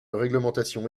réglementation